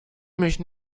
mich